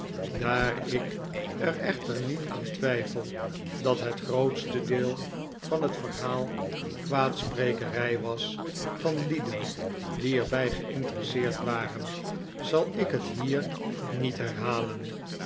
daar ik er echter niet aan twijfel dat het grootste deel van het verhaal kwaadsprekerij was van lieden die er bij geinteresseerd waren zal ik het hier niet herhalen